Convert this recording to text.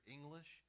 English